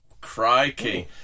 Crikey